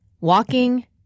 walking